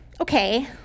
Okay